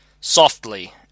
softly